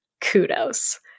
kudos